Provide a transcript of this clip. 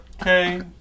Okay